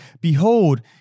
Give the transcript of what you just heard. Behold